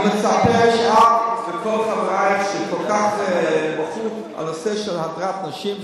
אני מצפה שאת וכל חברייך שכל כך בכו על הנושא של הדרת נשים,